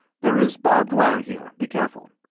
there is barbed wire here. be careful.